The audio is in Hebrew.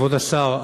כבוד השר,